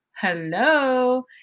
hello